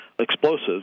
explosives